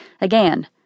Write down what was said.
again